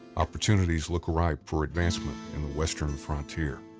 opportunities look ripe for advancement in the western frontier.